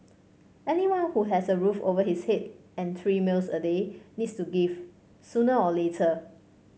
anyone who has a roof over his head and three meals a day needs to give sooner or later